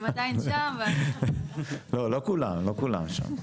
בעיקרון, עמדתנו נשארה אותו דבר.